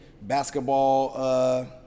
basketball